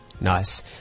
Nice